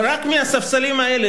רק מהספסלים האלה,